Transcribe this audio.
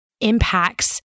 impacts